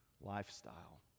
lifestyle